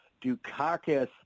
Dukakis